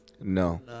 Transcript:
no